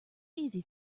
easy